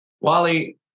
Wally